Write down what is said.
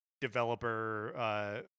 developer